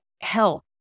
health